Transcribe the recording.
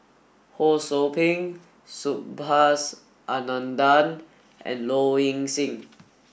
Ho Sou Ping Subhas Anandan and Low Ing Sing